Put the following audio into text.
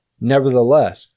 Nevertheless